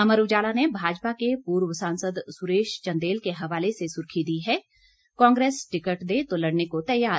अमर उजाला ने भाजपा के पूर्व सांसद सुरेश चंदेल के हवाले से सुर्खी दी है कांग्रेस टिकट दे तो लड़ने को तैयार